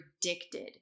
predicted